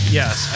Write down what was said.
yes